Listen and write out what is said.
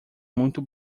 muito